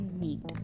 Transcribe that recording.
meet